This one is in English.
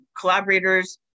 collaborators